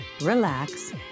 relax